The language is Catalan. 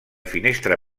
finestra